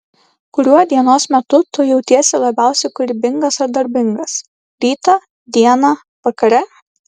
kuriuo dienos metu tu jautiesi labiausiai kūrybingas ar darbingas rytą dieną vakare